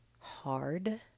hard